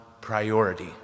priority